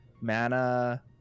mana